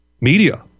media